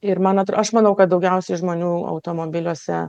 ir man atr aš manau kad daugiausiai žmonių automobiliuose